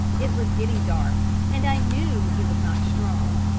it was getting dark, and i knew he was not strong.